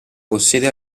possiede